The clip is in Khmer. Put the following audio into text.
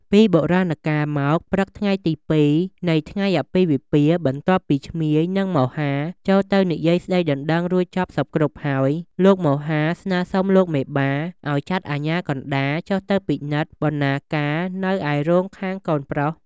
ពីបុរាណកាលមក ព្រឹកថ្ងៃទី២ នៃថ្ងៃអាពាហ៍ពិពាហ៍បន្ទាប់ពីឈ្មាយ និងមហា ចូលទៅនិយាយ ស្តីដណ្តឹងរួចចប់សព្វគ្រប់ហើយ លោកមហា សុំស្នើលោកមេបា ឲ្យចាត់អាជ្ញាកណ្តាលចុះទៅពិនិត្យ បណ្ណាការនៅឯរោងខាងកូនប្រុស។